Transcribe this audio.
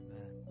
Amen